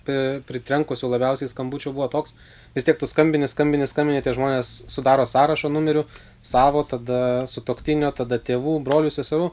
pė pritrenkusių labiausiai skambučių buvo toks vis tiek tu skambini skambini skambini tie žmonės sudaro sąrašo numerių savo tada sutuoktinio tada tėvų brolių seserų